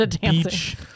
beach